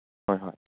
ꯍꯣꯏ ꯍꯣꯏ